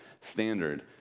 standard